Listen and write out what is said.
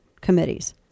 committees